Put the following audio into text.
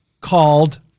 called